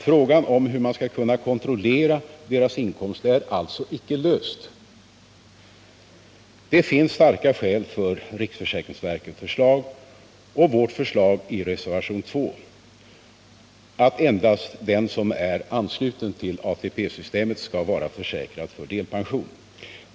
Frågan om hur man skall kunna kontrollera deras inkomster är alltså icke löst. Det finns starka skäl att acceptera riksförsäkringsverkets förslag och vårt förslag i reservationen 2, nämligen att endast den som är ansluten till ATP systemet skall vara försäkrad för delpension.